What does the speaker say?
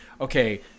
okay